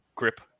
grip